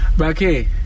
okay